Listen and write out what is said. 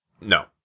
no